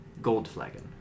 Goldflagon